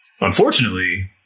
Unfortunately